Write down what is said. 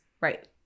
Right